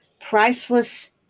Priceless